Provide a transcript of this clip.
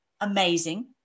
amazing